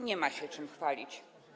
Nie ma się czym chwalić.